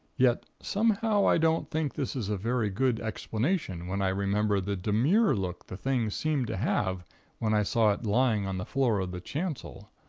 yet, somehow i don't think this is a very good explanation, when i remember the demure look the thing seemed to have when i saw it lying on the floor of the chancel.